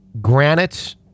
granite